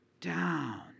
down